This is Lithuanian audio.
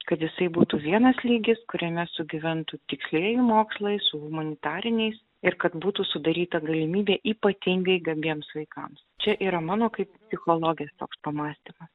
kad jisai būtų vienas lygis kuriame sugyventų tikslieji mokslai su humanitariniais ir kad būtų sudaryta galimybė ypatingai gabiems vaikams čia yra mano kaip psichologės toks pamąstymas